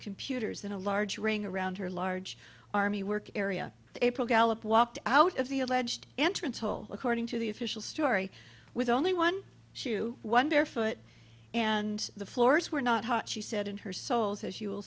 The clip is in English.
computers in a large ring around her large army work area april gallup walked out of the alleged entrance hole according to the official story with only one shoe wonder foot and the floors were not hot she said in her souls as you